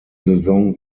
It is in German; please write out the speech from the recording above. saison